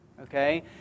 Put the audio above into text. okay